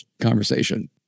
conversation